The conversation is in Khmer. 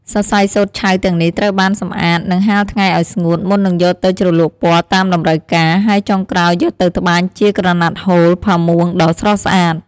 សរសៃសូត្រឆៅទាំងនេះត្រូវបានសម្អាត និងហាលថ្ងៃឲ្យស្ងួត មុននឹងយកទៅជ្រលក់ពណ៌តាមតម្រូវការ ហើយចុងក្រោយយកទៅត្បាញជាក្រណាត់ហូល ផាមួងដ៏ស្រស់ស្អាត។